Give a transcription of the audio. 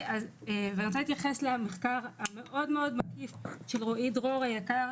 אני רוצה גם להתייחס למחקר המאוד מקיף של רועי דרור היקר,